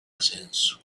ascenso